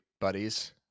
buddies